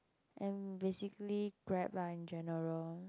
and basically grab lah in general